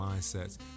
mindsets